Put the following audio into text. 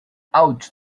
ouch